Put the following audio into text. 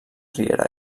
riera